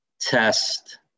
test